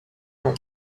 nom